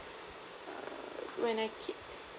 err when I